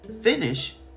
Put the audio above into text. Finish